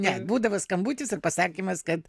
ne būdavo skambutis ir pasakymas kad